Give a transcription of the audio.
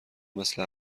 مثل